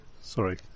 sorry